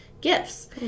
gifts